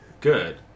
good